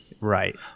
Right